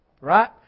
right